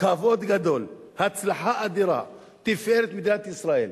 כבוד גדול, הצלחה אדירה, תפארת מדינת ישראל.